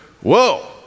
whoa